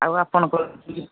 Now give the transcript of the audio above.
ଆଉ ଆପଣକ